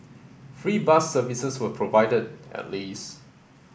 free bus services were provided at least